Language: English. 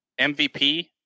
MVP